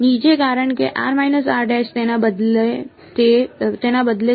નીચે કારણ કે તેના બદલે